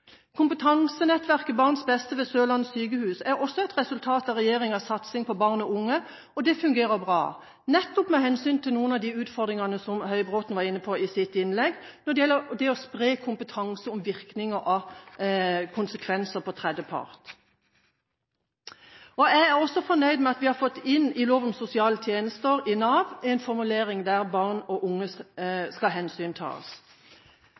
Kompetansenettverket BarnsBeste ved Sørlandet sykehus er også et resultat av regjeringens satsing på barn og unge. Det fungerer bra, nettopp med hensyn til noen av de utfordringene som Høybråten var inne på i sitt innlegg når det gjelder det å spre kompetanse om virkninger av konsekvenser for tredjepart. Jeg er også fornøyd med at vi har fått inn en formulering om at barn og unge skal hensyntas i lov om sosiale tjenester i Nav.